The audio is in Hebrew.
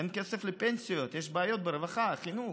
אין כסף לפנסיות, יש בעיות ברווחה, בחינוך,